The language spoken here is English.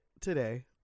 today